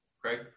Craig